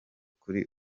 kuri